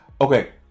okay